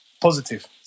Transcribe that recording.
positive